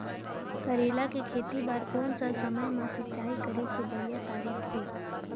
करेला के खेती बार कोन सा समय मां सिंचाई करे के बढ़िया तारीक हे?